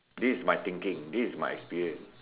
this is my thinking this is my experience